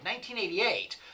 1988